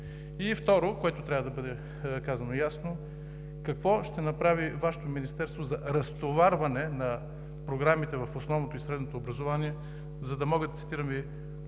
И второ, което трябва да бъде казано ясно, какво ще направи Вашето министерство за разтоварване на програмите в основното и средното образование, за да могат – цитирам Ви: